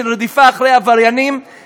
של רדיפה אחרי עבריינים,